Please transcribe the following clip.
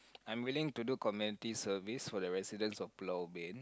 I'm willing to do community service for the residents of Pulau-Ubin